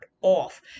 off